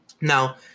Now